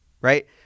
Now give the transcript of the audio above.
right